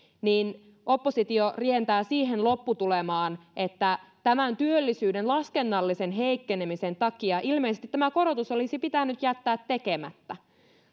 oppositio rientää siihen lopputulemaan että tämän työllisyyden laskennallisen heikkenemisen takia ilmeisesti tämä korotus olisi pitänyt jättää tekemättä